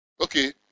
Okay